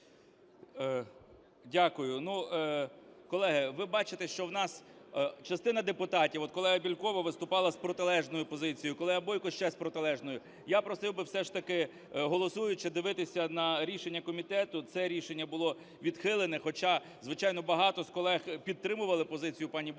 Дякую. Колеги, ви бачите, що в нас частина депутатів, от колега Бєлькова виступала з протилежною позицією, колега Бойко – ще з протилежною. Я просив би все ж таки, голосуючи, дивитися на рішення комітету: це рішення було відхилене. Хоча, звичайно, багато з колег підтримували позицію пані Бойко,